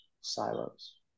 silos